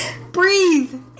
Breathe